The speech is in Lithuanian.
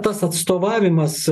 tas atstovavimas